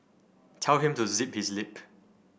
tell him to zip his lip